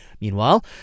Meanwhile